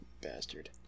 Bastard